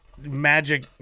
magic